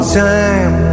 time